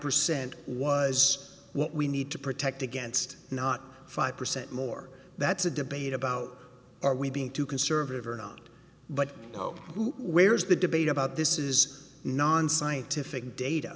percent was what we need to protect against not five percent more that's a debate about are we being too conservative or not but i hope where's the debate about this is nonscientific data